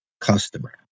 customer